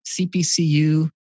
CPCU